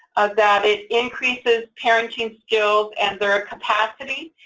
that it increases parenting skills and their capacity,